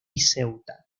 ceuta